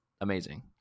amazing